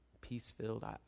peace-filled